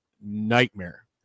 nightmare